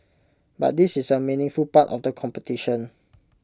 but this is A meaningful part of the competition